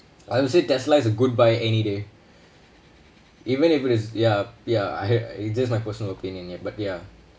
I would say tesla is a good buy any day even if it is ya ya I it just my personal opinion ya but ya